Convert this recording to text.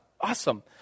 Awesome